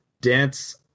dance